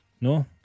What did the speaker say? no